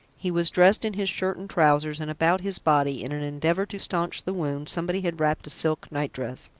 he was dressed in his shirt and trousers, and about his body, in an endeavour to stanch the wound, somebody had wrapped a silk night-dress.